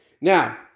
Now